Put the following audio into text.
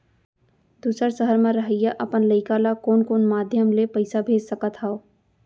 दूसर सहर म रहइया अपन लइका ला कोन कोन माधयम ले पइसा भेज सकत हव?